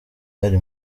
ari